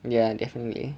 ya definitely